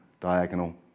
diagonal